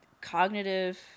cognitive